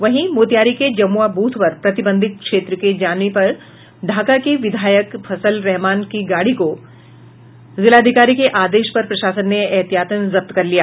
वहीं मोतिहारी के जमुआ ब्रथ पर प्रतिबंधित क्षेत्र में जाने पर ढाका के विधायक फैसल रहमान की गाड़ी को जिलाधिकारी के आदेश पर प्रशासन ने एहतियातन जब्त कर लिया